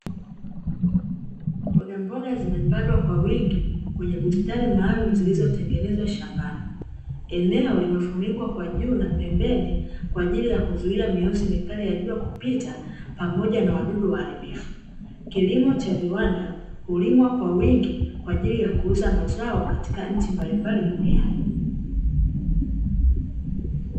Mboga mboga zimepandwa kwa wingi kwenye bustani maalumu, zilizotengenezwa shambani. Eneo limefunikwa kwa juu na pembeni, kwa ajili ya kuzuia mionzi mikali ya jua kupita pamoja na wadudu waharibifu. Kilimo cha viwanda ulimwa kwa wingi, kwa ajili ya kuuza mazao katika nchi mbalimbali duniani.